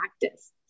practice